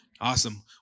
Awesome